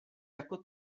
jako